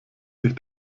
sich